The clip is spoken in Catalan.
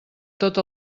tot